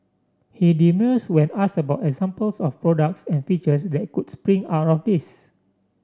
he demurs when asked about examples of products and features that could spring out of this